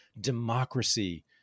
democracy